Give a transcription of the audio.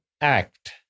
act